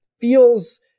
feels